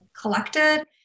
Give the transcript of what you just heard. collected